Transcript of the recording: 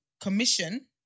commission